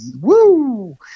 Woo